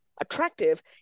attractive